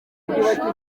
ishuri